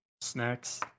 snacks